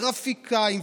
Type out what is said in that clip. גרפיקאים,